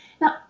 Now